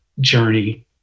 journey